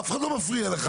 אף אחד לא מפריע לך.